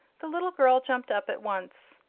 the little girl jumped up at once.